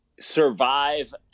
Survive